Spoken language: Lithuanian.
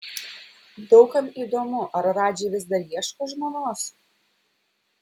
daug kam įdomu ar radži vis dar ieško žmonos